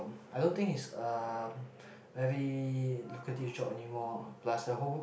I don't think it's um very lucrative job anymore plus the whole